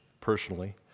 personally